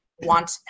want